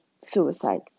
suicide